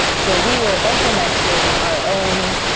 so we were implementing our own,